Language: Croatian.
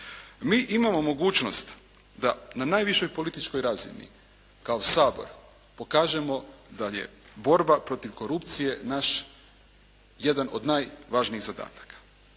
Mi imamo mogućnost da na najvišoj političkoj razini kao Sabor pokažemo da je borba protiv korupcije naš jedan od najvažnijih zadataka.